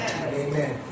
Amen